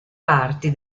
parti